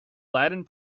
latin